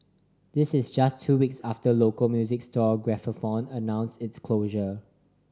this is just two weeks after local music store Gramophone announced its closure